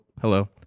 hello